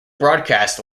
broadcast